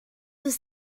was